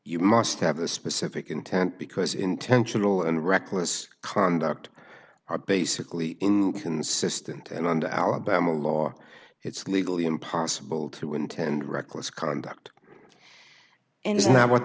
you must have a specific intent because intentional and reckless conduct are basically consistent and under alabama law it's legally impossible to intend reckless conduct and is not what